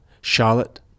Charlotte